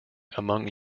among